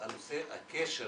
נושא הקשר